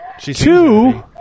Two